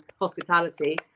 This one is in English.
hospitality